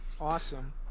awesome